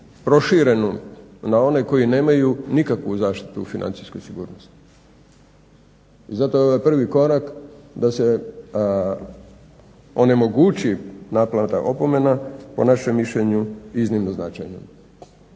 proširenu na one koji nemaju nikakvu zaštitu u financijskoj sigurnosti. I zato je ovaj prvi korak da se onemogući naplata opomena po našem mišljenju iznimno značajna.